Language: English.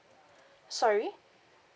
sorry